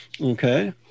Okay